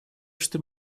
что